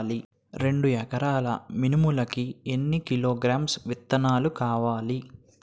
రెండు ఎకరాల మినుములు కి ఎన్ని కిలోగ్రామ్స్ విత్తనాలు కావలి?